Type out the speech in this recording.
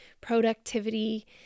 productivity